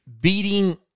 beating